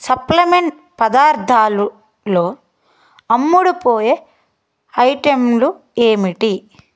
supplement పదార్ధాలు లో అమ్ముడుపోయే ఐటెంలు ఏమిటి